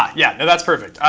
yeah yeah yeah, that's perfect.